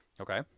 okay